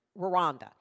Rwanda